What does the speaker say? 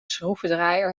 schroevendraaier